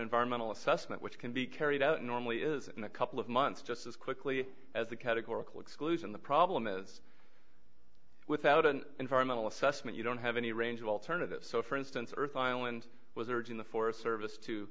environmental assessment which can be carried out normally is in a couple of months just as quickly as a categorical exclusion the problem is without an environmental assessment you don't have any range of alternatives so for instance earth island was urging the forest service to